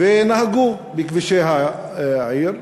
ונהגו בכבישי העיר.